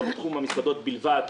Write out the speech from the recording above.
לא בתחום המסעדות בלבד,